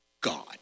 God